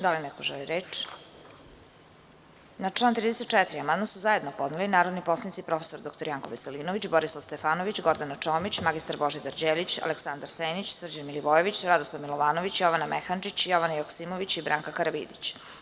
Da li neko želi reč? (Ne) Na član 34. amandman su zajedno podneli narodni poslanici prof. dr Janko Veselinović, Borislav Stefanović, Gordana Čomić, mr Božidar Đelić, Aleksandar Senić, Srđan Milivojević, Radoslav Milovanović, Jovana Mehandžić, Jovana Joksimović i Branka Karavidić.